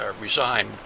resign